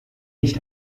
nicht